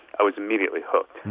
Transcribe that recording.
i was immediately hooked.